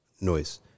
noise